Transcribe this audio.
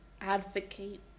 Advocate